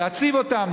להציב אותם